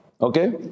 Okay